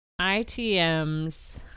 ITMs